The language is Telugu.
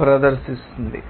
ప్రదర్శిస్తుంది